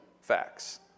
facts